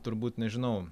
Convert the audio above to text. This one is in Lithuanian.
turbūt nežinau